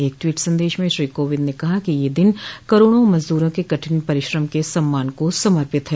एक ट्वीट संदेश में श्री कोविंद ने कहा कि ये दिन करोडों मजदूरों के कठिन परिश्रम के सम्मान को समर्पित है